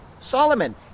solomon